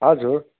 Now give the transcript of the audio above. हजुर